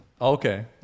okay